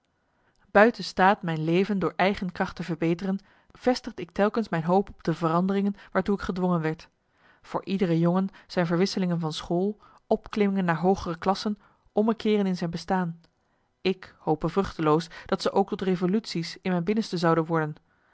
buiten staat mijn leven door eigen kracht te verbeteren vestigde ik telkens mijn hoop op de veranderingen waartoe ik gedwongen werd voor iedere jongen zijn verwisselingen van school opklimmingen naar hoogere klassen ommekeeren in zijn bestaan ik hoope vruchteloos dat ze ook tot revolutie's in mijn binnenste zouden worden